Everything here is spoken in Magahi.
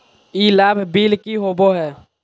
ई लाभ बिल की होबो हैं?